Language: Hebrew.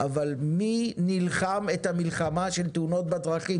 אבל מי נלחם את המלחמה של התאונות בדרכים?